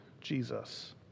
Jesus